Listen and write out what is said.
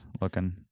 looking